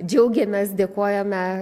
džiaugiamės dėkojame